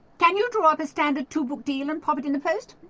can you draw up a standard two-book deal and pop it in the post?